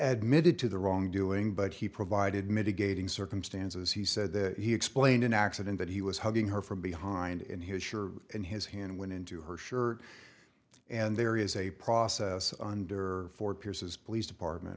admitting to the wrongdoing but he provided mitigating circumstances he said that he explained an accident that he was hugging her from behind in his sure and his hand went into her shirt and there is a process under for pierce's police department